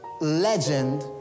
legend